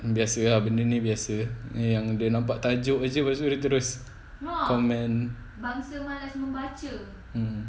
biasa ah benda ni biasa yang dia nampak tajuk jer lepas tu dia terus comment mm mm